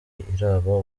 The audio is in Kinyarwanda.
iraba